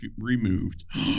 removed